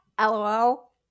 LOL